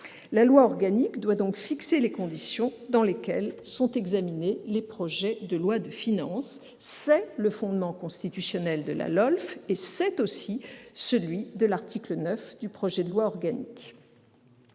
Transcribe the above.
La loi organique doit donc fixer les conditions dans lesquelles sont examinés les projets de loi de finances. C'est le fondement constitutionnel de la LOLF ; c'est aussi celui de l'article 9 du présent projet de loi organique.